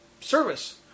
service